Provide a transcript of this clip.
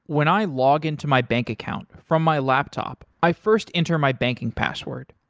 when i log in to my bank account from my laptop, i first enter my banking password.